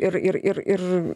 ir ir ir ir